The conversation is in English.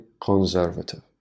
conservative